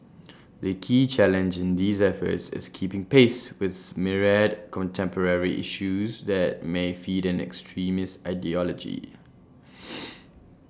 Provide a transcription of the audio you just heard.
the key challenge in these efforts is keeping pace with myriad contemporary issues that may feed an extremist ideology